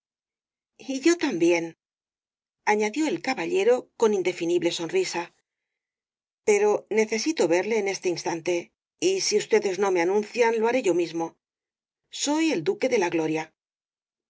y yo también añadió el caballero con indefinible sonrisa pero necesito verle en este instante y si ustedes no me anuncian lo haré yo mismo soy el duque de la gloria